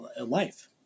life